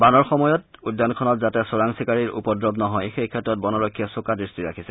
বানৰ সময়ত উদ্যানখনত যাতে চোৰাং চিকাৰীৰ উপদ্ৰৱ নহয় সেই ক্ষেত্ৰত বনৰক্ষীয়ে চোকা দৃষ্টি ৰাখিছে